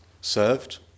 served